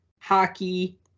hockey